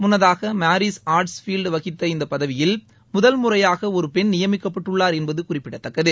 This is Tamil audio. முன்னதாக மாரீஸ் ஆர்ட்ஸ் பீல்டு வகித்த இந்த பதவியில் முதல் முறையாக ஒரு பெண் நியமிக்கப்பட்டுள்ளார் என்பது குறிப்பிடத்தக்கது